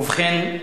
ובכן,